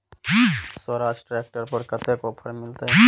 Swaraj tractor पर कतेक offer मिलते?